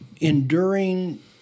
enduring